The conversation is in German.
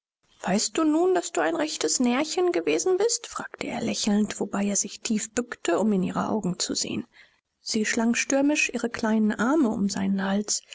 weißt du nun daß du ein rechtes närrchen gewesen bist fragte er lächelnd wobei er sich tief bückte um in ihre augen zu sehen sie schlang stürmisch ihre kleinen arme um seinen hals